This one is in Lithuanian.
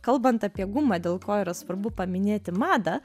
kalbant apie gumą dėl ko yra svarbu paminėti madą